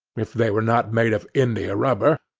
if they were not made of india-rubber,